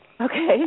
Okay